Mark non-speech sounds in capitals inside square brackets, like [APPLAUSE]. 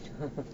[LAUGHS]